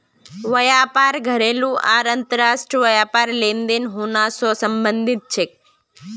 व्यापार घरेलू आर अंतर्राष्ट्रीय व्यापार लेनदेन दोनों स संबंधित छेक